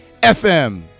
FM